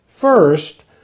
First